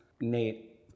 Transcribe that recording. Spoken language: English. Nate